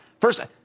first